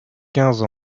quinze